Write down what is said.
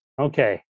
Okay